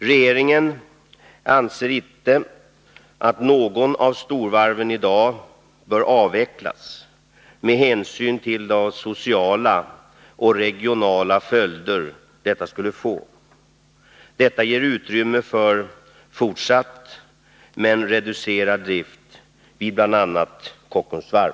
Regeringen anser inte att något av storvarven i dag bör avvecklas med hänsyn till de sociala och regionala följder detta skulle få. Detta ger utrymme för fortsatt men reducerad drift vid bl.a. Kockums Varv.